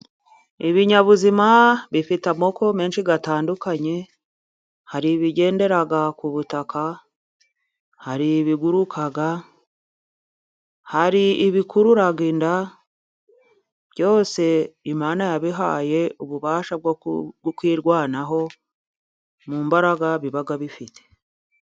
Ibinyabuzima bifite amoko menshi atandukanye, hari ibigendera ku butaka, hari ibiguruka, hari ibikurura inda, byose Imana yabihaye ububasha bwo ku kwirwanaho, mu mbaraga biba bifite.